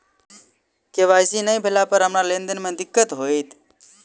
KYC नै भेला पर हमरा लेन देन मे दिक्कत होइत?